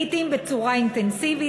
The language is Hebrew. לעתים בצורה אינטנסיבית,